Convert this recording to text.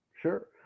Sure